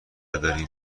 داریم